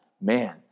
man